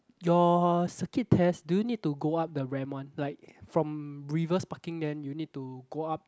your circuit test do you need to go up the ramp one like from reverse parking then you need to go up